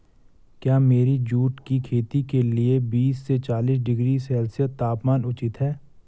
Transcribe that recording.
क्या मेरी जूट की खेती के लिए बीस से चालीस डिग्री सेल्सियस तापमान उचित है?